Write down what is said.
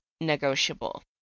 negotiable